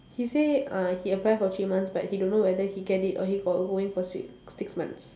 he say uh he apply for three months but he don't know whether he get it or he go~ going for six six months